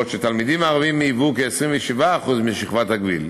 בעוד שתלמידים ערבים היוו כ-27% משכבת הגיל.